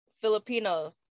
Filipino